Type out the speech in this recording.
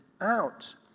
out